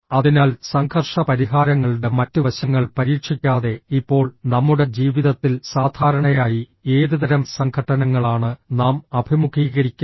അതിനാൽ സംഘർഷ പരിഹാരങ്ങളുടെ മറ്റ് വശങ്ങൾ പരീക്ഷിക്കാതെ ഇപ്പോൾ നമ്മുടെ ജീവിതത്തിൽ സാധാരണയായി ഏതുതരം സംഘട്ടനങ്ങളാണ് നാം അഭിമുഖീകരിക്കുന്നത്